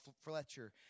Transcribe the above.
Fletcher